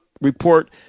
report